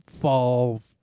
fall